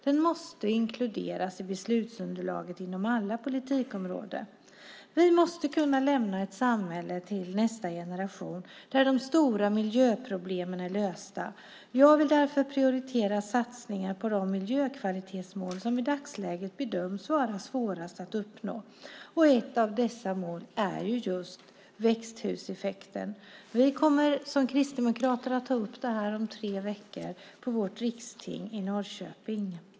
Den måste inkluderas i beslutsunderlaget inom alla politikområden. Vi måste kunna lämna ett samhälle till nästa generation där de stora miljöproblemen är lösta. Jag vill därför prioritera satsningar på de miljökvalitetsmål som i dagsläget bedöms vara svårast att uppnå. Ett av dessa mål är just växthuseffekten. Vi kristdemokrater kommer att ta upp det här om tre veckor på vårt riksting i Norrköping.